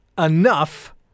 enough